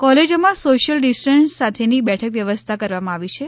કોલેજોમાં social distance સાથેની બેઠક વ્યવસ્થા કરવામાં આવી છે